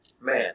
Man